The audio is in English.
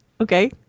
Okay